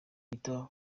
bita